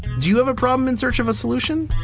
do you have a problem in search of a solution?